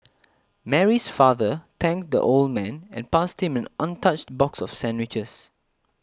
Mary's father thanked the old man and passed him an untouched box of sandwiches